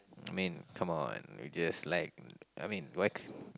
I mean come on we just like I mean why